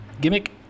gimmick